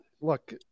Look